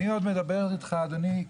אני עוד מדבר איתך אדוני,